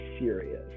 serious